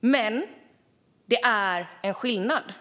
Men det är en skillnad.